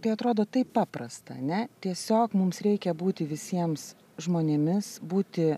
tai atrodo taip paprasta ar ne tiesiog mums reikia būti visiems žmonėmis būti